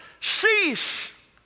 cease